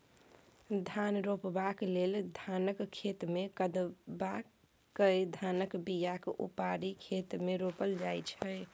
धान रोपबाक लेल धानक खेतमे कदबा कए धानक बीयाकेँ उपारि खेत मे रोपल जाइ छै